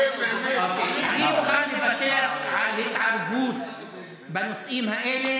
אני מוכן לוותר על התערבות בנושאים האלה